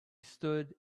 stood